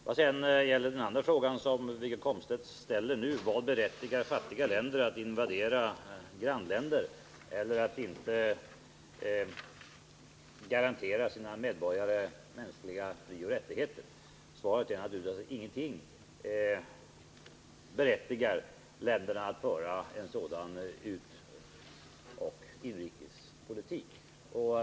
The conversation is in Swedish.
Vad gäller den andra frågan som Wiggo Komstedt ställer — om vad som berättigar fattiga länder att invadera grannländer eller att inte garantera sina medborgare mänskliga frioch rättigheter — är svaret att ingenting berättigar länder att föra en sådan utoch inrikespolitik.